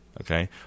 okay